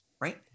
right